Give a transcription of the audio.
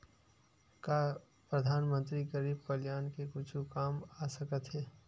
का परधानमंतरी गरीब कल्याण के कुछु काम आ सकत हे